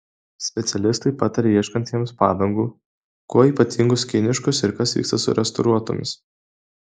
specialistai pataria ieškantiems padangų kuo ypatingos kiniškos ir kas vyksta su restauruotomis